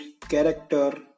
character